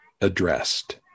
addressed